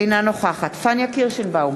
אינה נוכחת פניה קירשנבאום,